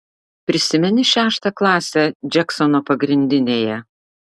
prisimeni šeštą klasę džeksono pagrindinėje